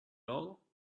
all